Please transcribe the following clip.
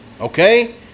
Okay